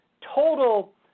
total